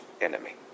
enemy